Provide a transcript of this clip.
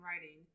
writing